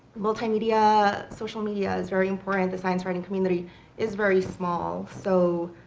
multimedia, social media is very important. and the science writing community is very small. so,